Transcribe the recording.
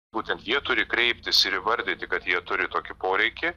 būtent jie turi kreiptis ir įvardyti kad jie turi tokį poreikį